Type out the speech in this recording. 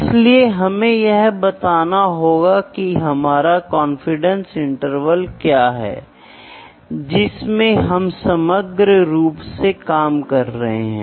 इसलिए अगर वे आवश्यक डायमेंशन के लिए निर्मित नहीं हैं और यदि आपने इसे इकट्ठा करते समय सहायता नहीं की है तो आप एक लीक पाइप पाते हैं ठीक है